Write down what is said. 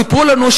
סיפרו לנו,